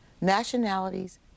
nationalities